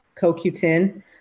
CoQ10